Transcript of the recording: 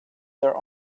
their